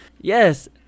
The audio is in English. Yes